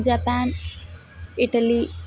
Japan Italy